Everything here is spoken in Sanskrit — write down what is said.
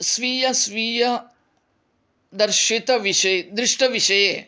स्वीय स्वीय दर्शितविषये दृष्टविषये